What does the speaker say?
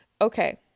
Okay